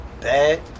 bad